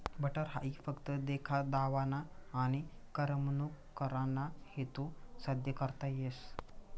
butter हाई फक्त देखा दावाना आनी करमणूक कराना हेतू साद्य करता येस